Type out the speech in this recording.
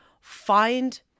find